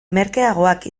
merkeagoak